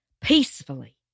Peacefully